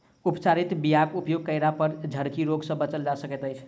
उपचारित बीयाक उपयोग कयलापर झरकी रोग सँ बचल जा सकैत अछि